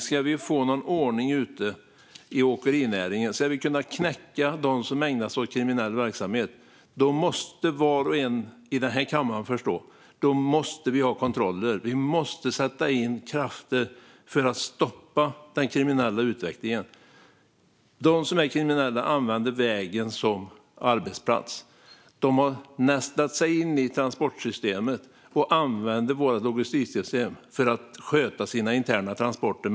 Ska vi få någon ordning i åkerinäringen och kunna knäcka dem som ägnar sig åt kriminell verksamhet måste var och en i denna kammare förstå att vi måste ha kontroller och sätta in krafter för att stoppa den kriminella utvecklingen. De kriminella använder vägen som arbetsplats. De har nästlat sig in i transportsystemet och använder våra logistiksystem för att sköta sina interna transporter.